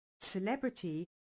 celebrity